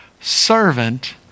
servant